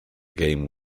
game